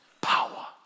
power